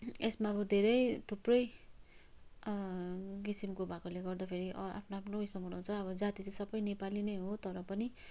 यसमा अब धेरै थुप्रै किसिमको भएकोले गर्दाखेरि आफ्नो आफ्नो उयेसमा मनाउँछ अब जाति त सबै नेपाली नै हो तर पनि